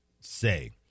say